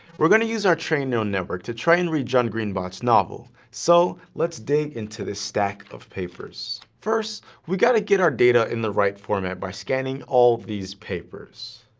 we're going to use our trained neural network to try and read john-green-bot's novel, so let's dig into this stack of papers. first, we've got to get our data in the right format by scanning all these papers.